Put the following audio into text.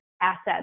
assets